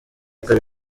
kabiri